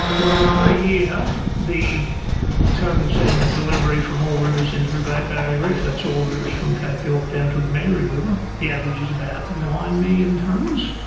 well, per year the total sediment delivery from all rivers into the great barrier reef, that's all rivers from cape york down to the mary river, the average is about nine million tonnes,